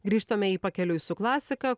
grįžtame į pakeliui su klasika